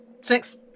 Six